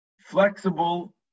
flexible